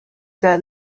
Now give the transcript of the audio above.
that